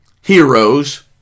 heroes